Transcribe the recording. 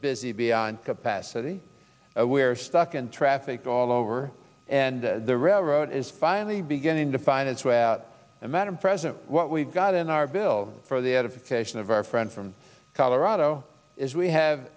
busy beyond capacity we're stuck in traffic all over and the railroad is finally beginning to find its way out and madam president what we've got in our bill for the edification of our friend from colorado is we have